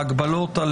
ההגבלות,